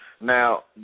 Now